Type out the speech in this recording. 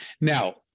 Now